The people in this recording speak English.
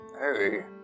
Hey